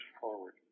forward